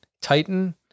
Titan